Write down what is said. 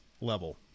level